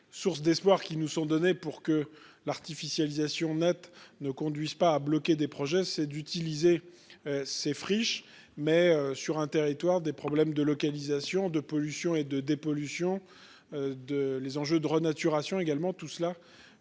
sources d'espoir qui nous sont donnés pour que l'artificialisation nette ne conduisent pas à bloquer des projets, c'est d'utiliser. Ces friches mais sur un territoire des problèmes de localisation de pollution et de dépollution. De les enjeux de renaturation également, tout cela